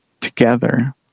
together